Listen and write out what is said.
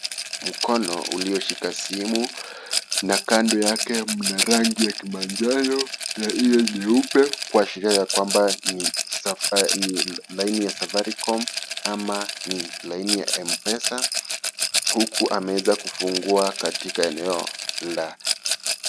Mkono ulio shika simu na kando yake mna rangi ya kimanjano na ile nyeupe kuashiria ya kwamba ni laini ya Safaricom ama ni laini ya Mpesa huku ameweza kufungua katika eneo la.